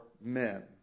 men